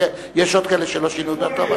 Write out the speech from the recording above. יש עוד כאלה שלא שינו את דעתם.